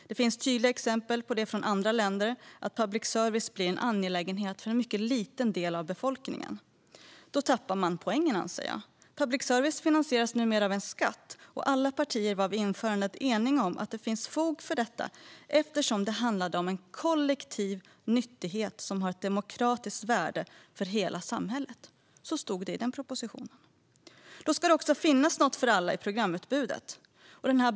Det finns tydliga exempel från andra länder på att public service då blir en angelägenhet för en mycket liten del av befolkningen. Jag anser att poängen med public service därmed går förlorad. Public service finansieras numera av en skatt, och alla partier var vid införandet eniga om att det fanns fog för detta eftersom det handlade om en "kollektiv nyttighet som har ett demokratiskt värde för hela samhället". Så stod det i propositionen. Då ska det också finnas något för alla i programutbudet.